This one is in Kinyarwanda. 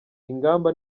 ingamba